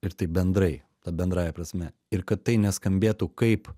ir taip bendrai ta bendrąja prasme ir kad tai neskambėtų kaip